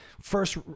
first